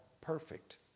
perfect